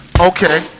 Okay